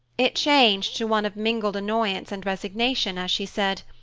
it changed to one of mingled annoyance and resignation as she said,